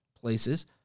places